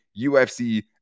UFC